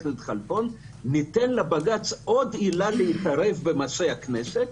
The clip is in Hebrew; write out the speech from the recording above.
ניתן לבג"ץ עוד עילה להתערב במעשי הכנסת.